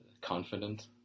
confident